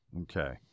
Okay